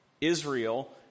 Israel